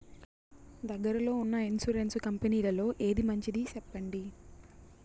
దగ్గర లో ఉన్న ఇన్సూరెన్సు కంపెనీలలో ఏది మంచిది? సెప్పండి?